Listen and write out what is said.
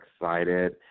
excited